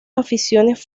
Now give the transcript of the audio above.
aficiones